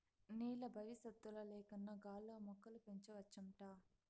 నేల బవిసత్తుల లేకన్నా గాల్లో మొక్కలు పెంచవచ్చంట